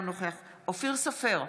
אינו נוכח אופיר סופר,